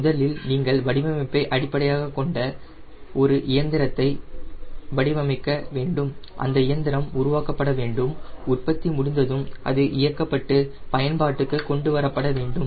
முதலில் நீங்கள் வடிவமைப்பை அடிப்படையாகக் கொண்ட ஒரு இயந்திரத்தை வடிவமைக்க வேண்டும் அந்த இயந்திரம் உருவாக்கப்பட வேண்டும் உற்பத்தி முடிந்ததும் அது இயக்கப்பட்டு பயன்பாட்டுக்கு கொண்டு வரப்பட வேண்டும்